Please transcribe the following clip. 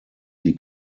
die